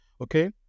Okay